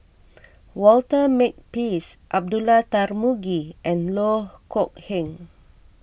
Walter Makepeace Abdullah Tarmugi and Loh Kok Heng